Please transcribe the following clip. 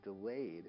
delayed